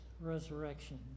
Resurrection